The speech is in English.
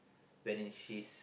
when in she's